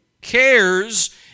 Cares